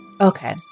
Okay